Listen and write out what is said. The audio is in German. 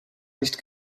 nicht